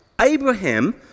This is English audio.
Abraham